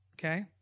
Okay